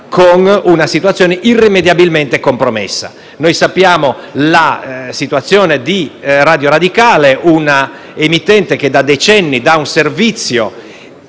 a una situazione irrimediabilmente compromessa. Conosciamo la situazione di Radio Radicale, un'emittente che da decenni offre un servizio